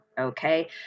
Okay